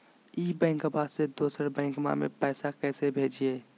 ई बैंकबा से दोसर बैंकबा में पैसा कैसे भेजिए?